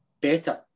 better